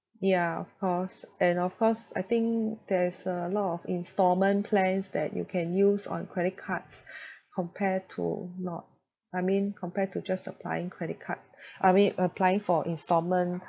ya of course and of course I think there is a lot of instalment plans that you can use on credit cards compare to not I mean compare to just applying credit card I mean applying for instalment